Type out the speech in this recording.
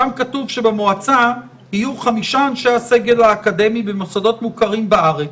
שם כתוב שבמועצה יהיו חמישה אנשי סגל אקדמי ממוסדות מוכרים בארץ.